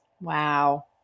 Wow